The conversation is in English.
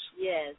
Yes